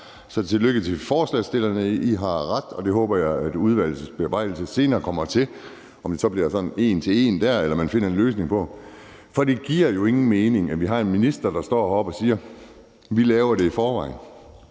Så tillykke til forslagsstillerne: I har ret, og det håber jeg at udvalgets bearbejdning senere kommer frem til – om det så bliver sådan en til en eller man finder en anden løsning på det. For det giver jo ingen mening, at vi har en minister, der står heroppe og siger, at de i forvejen